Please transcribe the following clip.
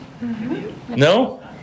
No